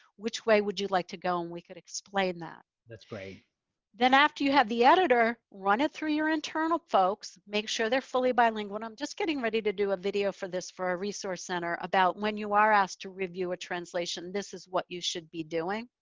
which way would you like to go? and we could explain that. then after you have the editor, run it through your internal folks, make sure they're fully bilingual. i'm just getting ready to do a video for this, for our resource center about when you are asked to review a translation, this is what you should be doing.